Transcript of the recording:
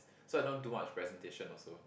so I don't do much presentation also